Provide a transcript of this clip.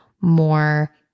more